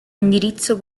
indirizzo